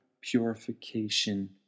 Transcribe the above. purification